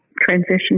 transition